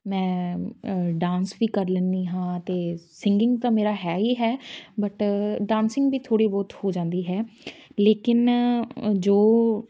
ਮੈਂ ਡਾਂਸ ਵੀ ਕਰ ਲੈਂਦੀ ਹਾਂ ਅਤੇ ਸਿੰਗਿੰਗ ਤਾਂ ਮੇਰਾ ਹੈ ਹੀ ਹੈ ਬਟ ਡਾਂਸਿੰਗ ਵੀ ਥੋੜ੍ਹੀ ਬਹੁਤ ਹੋ ਜਾਂਦੀ ਹੈ ਲੇਕਿਨ ਜੋ